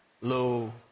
Low